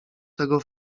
tego